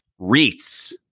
REITs